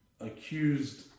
accused